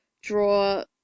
draw